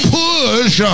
push